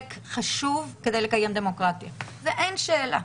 חשוב כדי לקיים דמוקרטיה ואין שאלה.